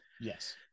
yes